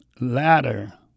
ladder